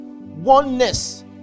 oneness